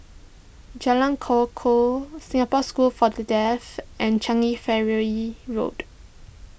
Jalan Kukoh Singapore School for the Deaf and Changi Ferry Road